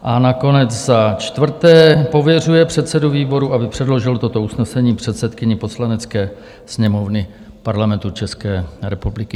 A nakonec IV. pověřuje předsedu výboru, aby předložil toto usnesení předsedkyni Poslanecké sněmovny Parlamentu České republiky.